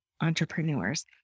entrepreneurs